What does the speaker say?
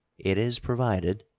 it is provided